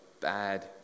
bad